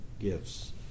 gifts